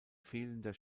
fehlender